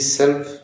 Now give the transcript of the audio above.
self